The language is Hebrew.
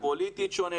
מצב פוליטי שונה,